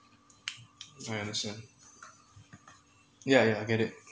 I understand yeah yeah I get it